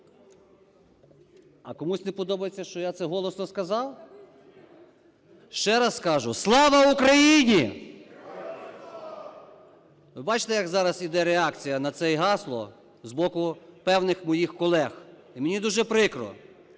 А комусь не подобається, що я це голосно сказав? Ще раз скажу: слава Україні! Бачите, як зараз йде реакція на це гасло з боку певних моїх колег, і мені дуже прикро.